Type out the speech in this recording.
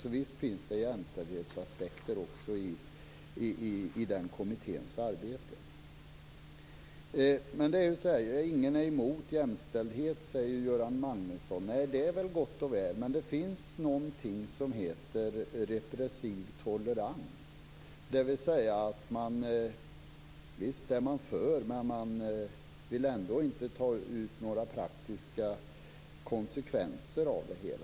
Så visst finns det jämställdhetsaspekter också i den kommitténs arbete. Ingen är emot jämställdhet, säger Göran Magnusson. Nej, det är gott och väl. Men det finns någonting som heter repressiv tolerans, dvs. att visst är man för, men man vill ändå inte ta ut några praktiska konsekvenser av det hela.